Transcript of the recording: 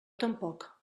tampoc